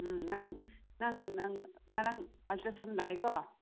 ꯎꯝ ꯅꯪ ꯅꯪ ꯅꯪ ꯉꯔꯥꯡ ꯑꯜꯇ꯭ꯔꯥ ꯁꯥꯎꯟ ꯂꯥꯛꯑꯦꯀꯣ